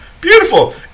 Beautiful